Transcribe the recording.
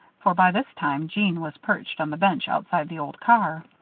for by this time jeanne was perched on the bench outside the old car.